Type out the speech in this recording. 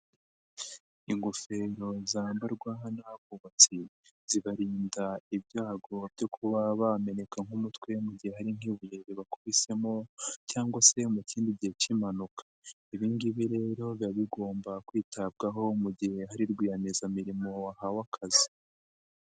Ingoferoro zambarwaho n'abubatsi zibarinda ibyago byo kuba bameneka nk'umutwe mu gihe hari nk'ubuye ribakubisemo cyangwa se mu kindi gihe cy'impanuka, ibi ngibi rero biba bigomba kwitabwaho mu gihe hari rwiyemezamirimo wahawe akazi.